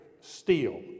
steel